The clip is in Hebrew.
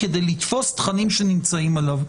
כדי לתפוס תכנים שנמצאים עליו.